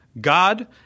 God